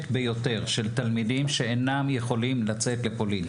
ביותר של תלמידים שאינם יכולים לצאת לפולין.